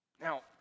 Now